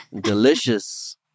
delicious